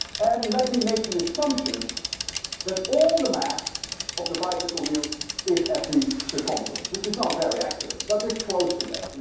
and let me make the assumption that all the mass of the bicycle wheel is at the circumference, which is not very accurate, but it's close to that. and